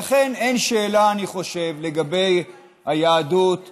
לכן אין שאלה, אני חושב, לגבי היהדות שלי,